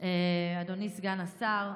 אדוני סגר השר,